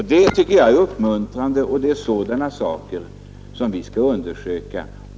Det tycker jag är uppmuntrande; det är sådana saker som vi skall undersöka.